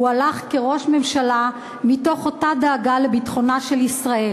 הוא הלך כראש ממשלה מתוך אותה דאגה לביטחונה של ישראל.